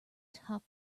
top